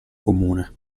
comune